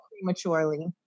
prematurely